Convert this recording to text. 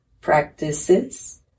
practices